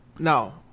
No